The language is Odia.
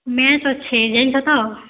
ମ୍ୟାଚ୍ ଅଛେ ଜାନିଛ ତ